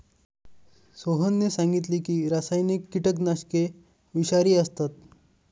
सोहनने सांगितले की रासायनिक कीटकनाशके विषारी असतात